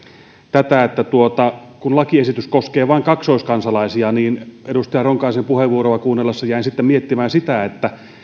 tätä että lakiesitys koskee vain kaksoiskansalaisia edustaja ronkaisen puheenvuoroa kuunnellessa jäin sitten miettimään sitä että